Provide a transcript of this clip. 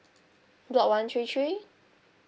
block one three three